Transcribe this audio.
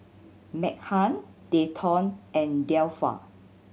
Meghann Dayton and Delpha